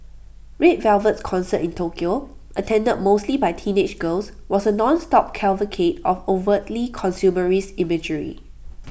red Velvet's concert in Tokyo attended mostly by teenage girls was A non stop cavalcade of overtly consumerist imagery